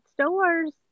stores